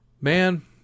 Man